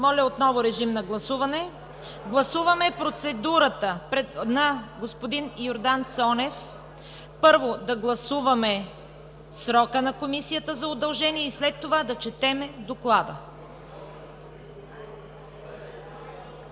гласуването. (Шум и реплики.) Гласуваме процедурата на господин Йордан Цонев – първо, да гласуваме срока на Комисията за удължение и след това да четем Доклада.